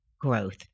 growth